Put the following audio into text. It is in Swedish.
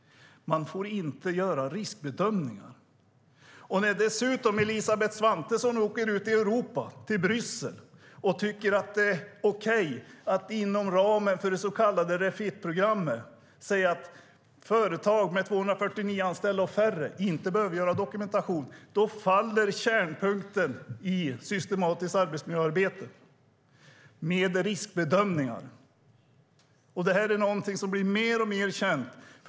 De får inte göra riskbedömningar. Dessutom åker Elisabeth Svantesson ut i Europa, till Bryssel, och tycker att det är okej att man inom ramen för det så kallade Refitprogrammet säger att företag med 249 anställda och färre inte behöver göra dokumentation. Då faller kärnpunkten i systematiskt arbetsmiljöarbete med riskbedömningar. Det här är någonting som blir mer och mer känt.